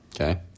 okay